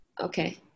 Okay